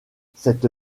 cette